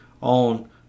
on